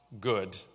good